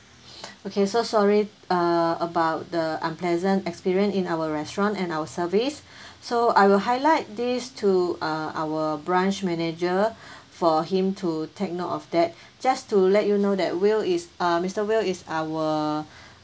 okay so sorry uh about the unpleasant experience in our restaurant and our service so I will highlight this to uh our branch manager for him to take note of that just to let you know that will is uh mister will is our